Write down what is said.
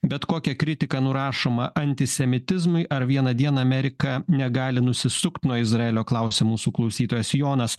bet kokia kritika nurašoma antisemitizmui ar vieną dieną amerika negali nusisukt nuo izraelio klausia mūsų klausytojas jonas